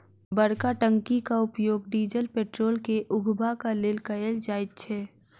बड़का टंकीक उपयोग डीजल पेट्रोल के उघबाक लेल कयल जाइत छै